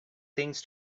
things